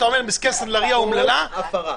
אתה אומר לסנדלריה אומללה --- כל הפרה.